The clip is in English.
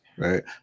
Right